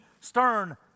stern